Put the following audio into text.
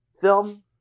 film